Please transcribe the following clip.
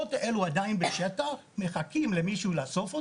הגופות האלה עדיין בשטח, מחכות שמישהו יאסוף אותן.